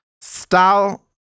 Style